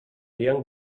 young